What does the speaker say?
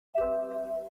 avon